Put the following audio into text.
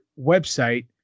website